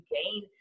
gain